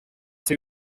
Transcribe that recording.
two